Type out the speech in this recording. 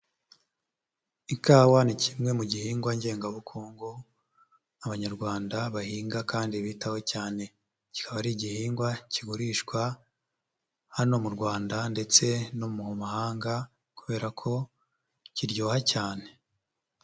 Ikawa ni kimwe mu gihingwa ngengabukungu, Abanyarwanda bahinga kandi bitaho cyane, kikaba ari igihingwa kigurishwa hano mu Rwanda ndetse no mu mahanga kubera ko kiryoha cyane.